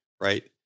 right